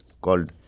called